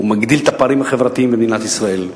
הוא מגדיל את הפערים החברתיים במדינת ישראל.